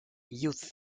youth